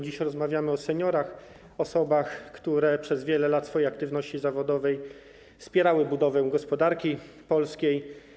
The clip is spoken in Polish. Dziś rozmawiamy o seniorach, osobach, które przez wiele lat swojej aktywności zawodowej wspierały budowę gospodarki polskiej.